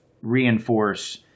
reinforce